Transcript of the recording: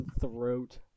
throat